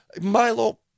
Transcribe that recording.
Milo